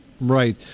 Right